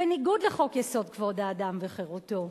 בניגוד לחוק-יסוד: כבוד האדם וחירותו.